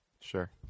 Sure